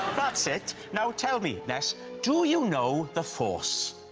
that's it. now tell me, ness do you know the force?